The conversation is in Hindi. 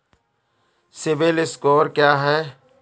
सिबिल स्कोर क्या है?